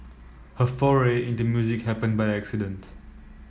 her foray into music happened by accident